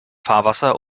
fahrwasser